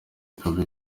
ikaba